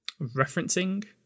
referencing